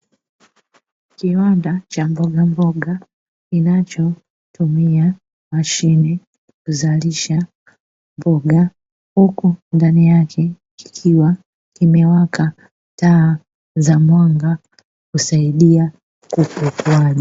Kiwanda cha mbogamboga kinachotumia mashine kuzalisha mboga, huku ndani yake kikiwa kimewaka taa za mwanga kusaidia ukuaji.